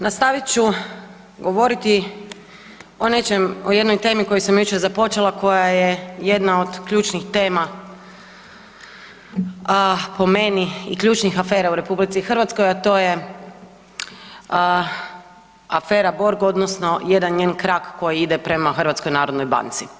Nastavit ću govoriti o nečem, o jednoj temi koju sam jučer započela, koja je jedna od ključnih tema po meni i ključnih afera u RH a to je afera Borg odnosno jedan njen krak koji ide prema HNB-u.